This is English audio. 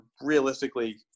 realistically